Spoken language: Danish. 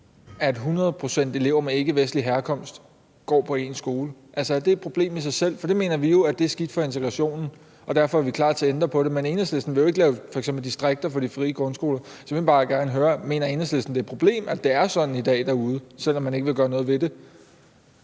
100 pct. elever med ikkevestlig herkomst på én skole? Altså, er det et problem i sig selv? For det mener vi jo er skidt for integrationen, og derfor er vi klar til at ændre på det. Men Enhedslisten vil jo ikke lave f.eks. distrikter for de frie grundskoler, så jeg vil egentlig bare gerne høre, om Enhedslisten mener, det er et problem, at det er sådan derude i dag, selv om man ikke vil gøre noget ved det.